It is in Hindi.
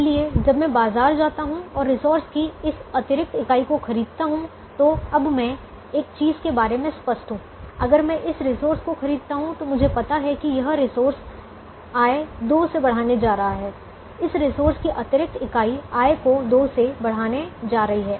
इसलिए जब मैं बाजार जाता हूं और रिसोर्स की इस अतिरिक्त इकाई को खरीदता हूं तो अब मैं एक चीज के बारे में स्पष्ट हूं अगर मैं इस रिसोर्स को खरीदता हूं तो मुझे पता है कि यह रिसोर्स आय 2 से बढ़ाने जा रहा है इस रिसोर्स की अतिरिक्त इकाई आय को 2 से बढ़ाने जा रही है